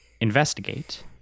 investigate